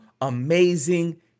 amazing